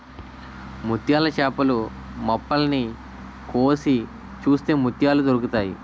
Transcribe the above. ముత్యాల చేపలు మొప్పల్ని కోసి చూస్తే ముత్యాలు దొరుకుతాయి